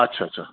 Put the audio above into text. अच्छा अच्छा